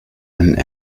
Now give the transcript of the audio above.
and